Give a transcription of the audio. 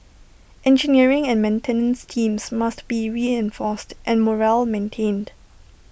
engineering and maintenance teams must be reinforced and morale maintained